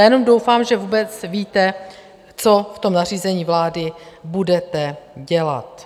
Já jenom doufám, že vůbec víte, co v tom nařízení vlády budete dělat.